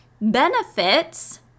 benefits